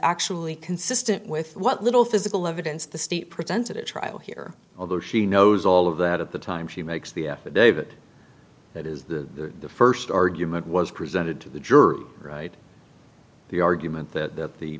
actually consistent with what little physical evidence the state presented at trial here although she knows all of that at the time she makes the affidavit that is the st argument was presented to the jury right the argument that the